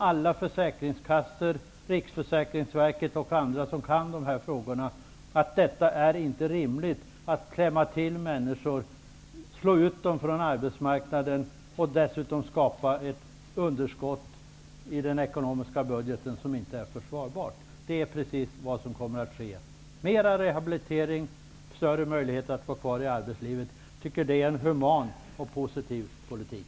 alla försäkringskassor, Riksförsäkringsverket m.fl. som vet någonting om dessa frågor att det inte är rimligt att slå ut människor från arbetsmarknaden, samtidigt som det skapas ett underskott i budgeten som inte är försvarbart. Det är precis vad som kommer att ske. Mera rehabilitering och större möjligheter att vara kvar i arbetslivet, det är en human och positiv politik.